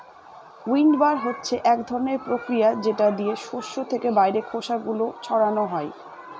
উইন্ডবার হচ্ছে এক ধরনের প্রক্রিয়া যেটা দিয়ে শস্য থেকে বাইরের খোসা গুলো ছাড়ানো হয়